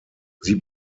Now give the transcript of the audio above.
sie